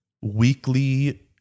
weekly